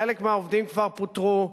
חלק מהעובדים כבר פוטרו,